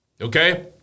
okay